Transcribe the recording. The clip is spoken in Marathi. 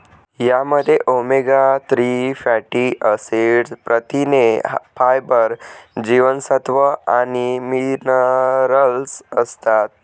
यामध्ये ओमेगा थ्री फॅटी ऍसिड, प्रथिने, फायबर, जीवनसत्व आणि मिनरल्स असतात